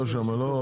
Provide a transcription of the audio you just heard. לא שמעתי,